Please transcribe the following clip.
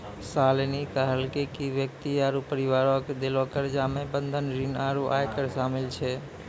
शालिनी कहलकै कि व्यक्ति आरु परिवारो के देलो कर्जा मे बंधक ऋण आरु आयकर शामिल छै